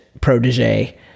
protege